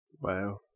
Wow